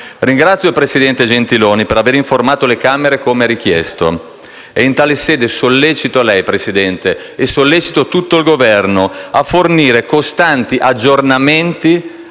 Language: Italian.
Ringrazio il presidente Gentiloni Silveri per aver informato le Camere, come richiesto. In questa sede sollecito lei, Presidente, e tutto il Governo a fornire costanti aggiornamenti